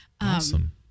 Awesome